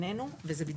בעינינו, זה מדהים.